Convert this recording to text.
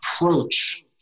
approach